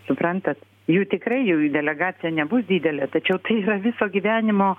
suprantat jų tikrai jų į delegacija nebus didelė tačiau tai yra viso gyvenimo